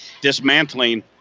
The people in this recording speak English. dismantling